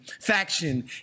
faction